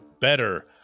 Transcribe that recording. Better